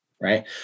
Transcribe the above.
right